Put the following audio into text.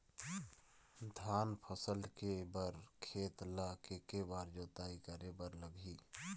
धान फसल के बर खेत ला के के बार जोताई करे बर लगही?